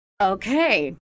Okay